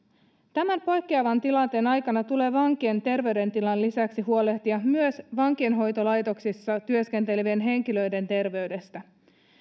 tämän poikkeavan tilanteen aikana tulee vankien terveydentilan lisäksi huolehtia myös vankeinhoitolaitoksissa työskentelevien henkilöiden terveydestä